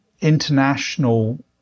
international